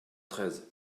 treize